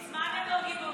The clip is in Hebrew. מזמן הם לא גיבורים.